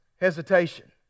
hesitation